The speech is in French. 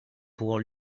pour